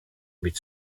with